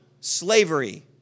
slavery